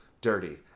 dirty